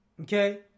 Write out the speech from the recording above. Okay